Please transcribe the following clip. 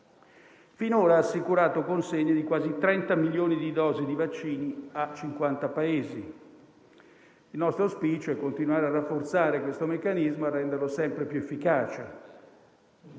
Finora ha assicurato consegne di quasi 30 milioni di dosi di vaccini a 50 Paesi. Il nostro auspicio è continuare a rafforzare questo meccanismo e renderlo sempre più efficace.